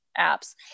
apps